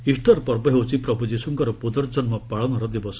Easter ପର୍ବ ହେଉଛି ପ୍ରଭୁ ଯୀଶୁଙ୍କର ପୁର୍ନଜନ୍ମ ପାଳନର ଦିବସ